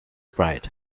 pride